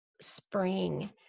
spring